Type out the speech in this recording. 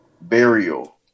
Burial